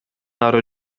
ары